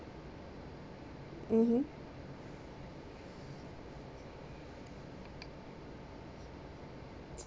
mmhmm